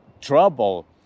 trouble